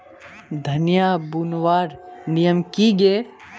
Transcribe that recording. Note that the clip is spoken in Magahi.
धनिया बूनवार नियम की गे?